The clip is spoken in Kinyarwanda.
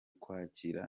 kwakira